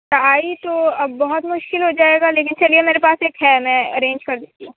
tie تو اب بہت مشکل ہو جائے گا لیکن چلیے میرے پاس ایک ہے میں ارینج کر دیتی ہوں